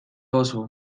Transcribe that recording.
oso